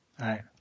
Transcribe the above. right